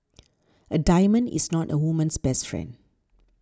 a diamond is not a woman's best friend